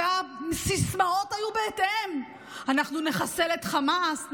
והסיסמאות היו בהתאם: אנחנו נחסל את חמאס,